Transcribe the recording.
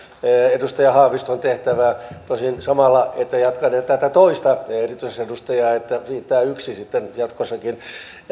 edustaja haaviston tehtävää tosin samalla ette jatkanut tätä toista erityisedustajan tehtävää että riittää yksi sitten jatkossakin